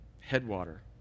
headwater